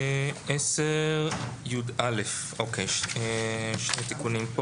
בסעיף 10יא יש שני תיקונים.